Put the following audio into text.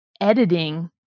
editing